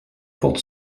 porte